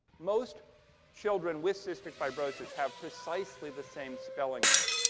most children with cystic fibrosis have precisely the same spelling error.